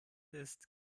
ist